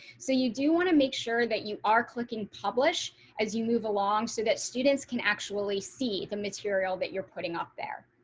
so you do want to make sure that you are clicking publish as you move along so that students can actually see the material that you're putting up there.